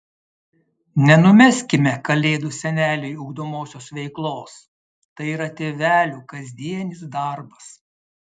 nenumeskime kalėdų seneliui ugdomosios veiklos tai yra tėvelių kasdienis darbas